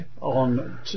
on